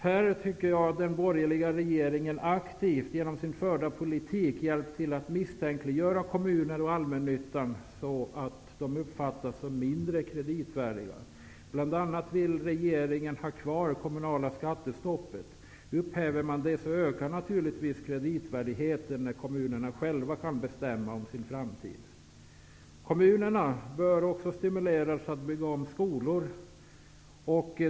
Här tycker jag att den borgerliga regeringen aktivt, genom sin förda politik, hjälpt till att misstänkliggöra kommuner och allmännytta så att de uppfattas som mindre kreditvärdiga. Regeringen vill bl.a. ha kvar det kommunala skattestoppet. Om man upphäver det, ökar naturligtvis kreditvärdigheten när kommunerna själva kan bestämma om sin framtid. Kommunerna bör också stimuleras att bygga om skolor.